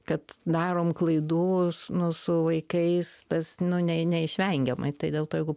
kad darom klaidų nu su vaikais tas nu ne neišvengiamai tai dėl to jeigu